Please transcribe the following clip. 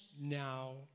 now